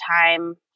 time